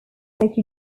state